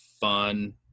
fun